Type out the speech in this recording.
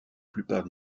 plupart